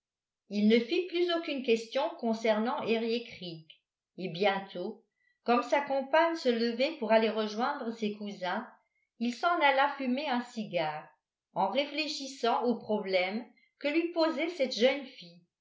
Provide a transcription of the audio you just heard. il ne fit plus aucune question concernant eriécreek et bientôt comme sa compagne se levait pour aller rejoindre ses cousins il s'en alla fumer un cigare en réfléchissant au problème que lui posait cette jeune fille